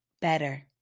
better